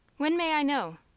when may i know?